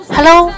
Hello